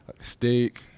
Steak